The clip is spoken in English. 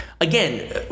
again